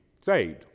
saved